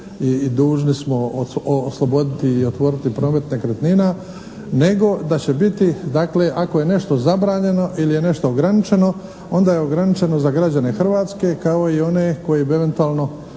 i dužni smo osloboditi i otvoriti promet nekretnina, nego da će biti dakle ako je nešto zabranjeno ili je nešto ograničeno onda je ograničeno za građane Hrvatske kao i one koji bi eventualno